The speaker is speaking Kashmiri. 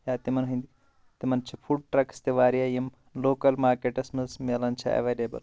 یا تِمن ہٕنٛدۍ تِمن چھِ فوڈ ٹرکس تہِ واریاہ یِمن یِم لوکل مارکیٹس منٛز مِلان چھِ ایولیبٕل